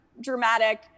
dramatic